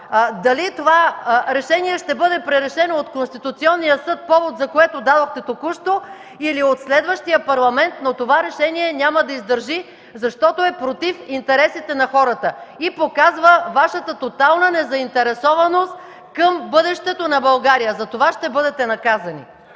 дали това решение ще бъде решено от Конституционния съд, повод за което дадохте току-що, или от следващия Парламент, но това решение няма да издържи, защото е против интересите на хората и показва Вашата тотална незаинтересованост към бъдещето на България. Затова ще бъдете наказани!